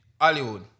Hollywood